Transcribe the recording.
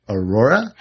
Aurora